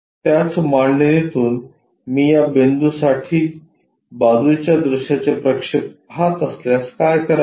त्याच मांडणीतून मी या बिंदू साठी बाजूच्या दृश्याचे प्रक्षेप पहात असल्यास काय करावे